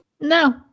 No